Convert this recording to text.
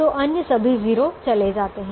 तो अन्य सभी 0 चले जाते हैं